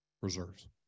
reserves